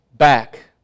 back